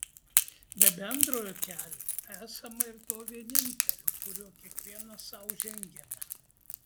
be bendrojo kelio esama ir to vienintelio kuriuo kiekvienas sau žengiame